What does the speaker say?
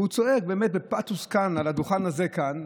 והוא צעק בפתוס על הדוכן הזה כאן,